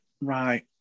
Right